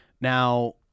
Now